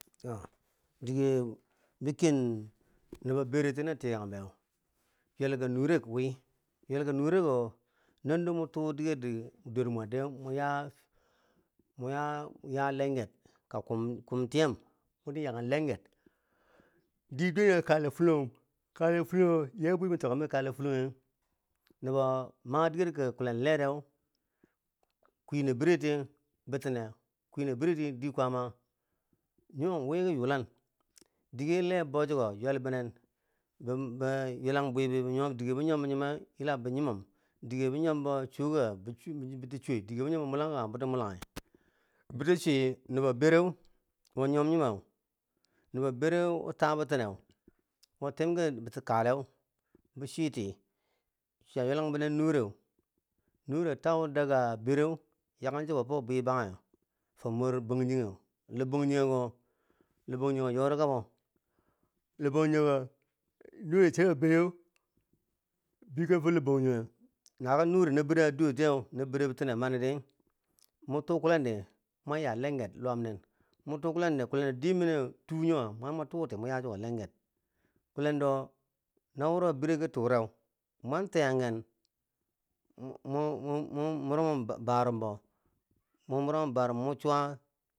Too dige bo ken nubo bereti na ti kan bweu ywelka nuret wi, ywelka nureko wo mo tu dige dor mwer di mwa ya ya ya lenger ka kum tiyem mo ki yaken lengeth di duwen we kale fulonghum kale fulonghum ye bwi ma tek mi kaleh fulonghum me, nubo ma diger ki kuln le dew, kwina bire ti bitine kwina bire ti di kwama nyomon wi ki yulan dige leh bou chiko ywelbinen bwibi dige bo nyom bo nyoma nyome la bo nyi mom, dige bo nyombo chooka biti choo, dige bo nyom bo mulangka, biti chwii nobo bere wo nyimom nyome, nobo bere wo taa bitine wo tim ki kale bo chwiti chiya ywela ng binen nure, nure tau daga bire yaken chiko, wo fo bwi bange fo mor bangjinghe, lobangjonge yori kabo, lobangjong nure cheru bege fo lohbangjonge, na ki nure na bire a dotiye na bire bi tine mani ri mun tu kulendi mun ya lenged luwamne mu tu kulendi kulendo dimiyo tu yo mama tuti mu ya chiko lenger kulendo na woro na bire ki ture mwan tiyaken mu- mu- mu- mumu mun mirimimbo bwarimbo mirimimbo bwarimbo mun suwawa